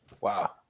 Wow